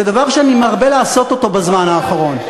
זה דבר שאני מרבה לעשות בזמן האחרון.